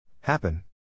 Happen